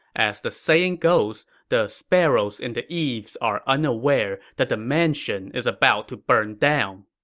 as the saying goes, the sparrows in the eaves are unaware that the mansion is about to burn down